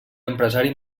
empresari